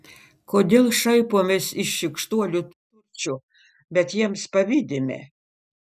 kodėl šaipomės iš šykštuolių turčių bet jiems pavydime